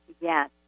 Yes